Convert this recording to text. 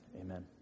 amen